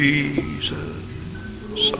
Jesus